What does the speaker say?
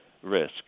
risk